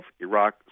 Iraq